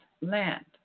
land